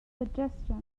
suggestion